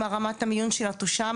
מה רמת המיון של התושב,